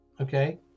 Okay